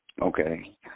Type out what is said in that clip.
Okay